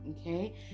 okay